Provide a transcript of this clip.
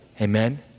Amen